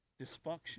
Dysfunction